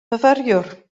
fyfyriwr